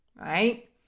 right